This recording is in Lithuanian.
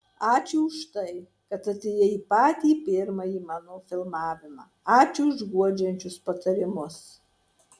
ačiū už tai kad atėjai į patį pirmąjį mano filmavimą ačiū už guodžiančius patarimus